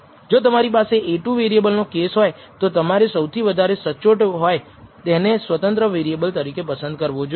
જો તમારી પાસે A₂ વેરિએબલનો કેસ હોય તો તમારે સૌથી વધારે સચોટ હોય તેને સ્વતંત્ર વેરિએબલ તરીકે પસંદ કરવો જોઈએ